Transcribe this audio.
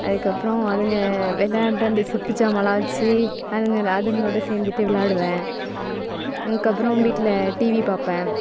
அதுக்கப்புறம் அதுங்கள் விளாண்டு அந்த செப்பு ஜாமானெலாம் வச்சு அதுங்கள் வெளா அதுங்களோடு சேர்ந்துட்டு விளாடுவேன் அதுக்கப்புறம் வீட்டில் டிவி பார்ப்பேன்